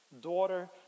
Daughter